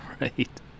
Right